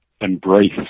embrace